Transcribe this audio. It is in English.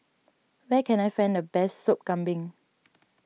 where can I find the best Sop Kambing